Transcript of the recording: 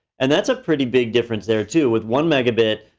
and that's a pretty big difference there too with one megabit,